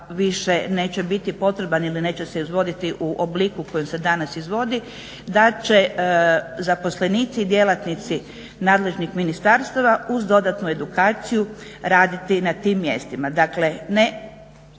neće biti potreban ili neće se izvoditi u obliku kojem se danas izvodi, da će zaposlenici i djelatnici nadležnih ministarstava uz dodatnu edukaciju raditi i na tim mjestima. Dakle, ne